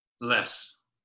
Less